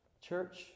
Church